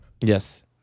Yes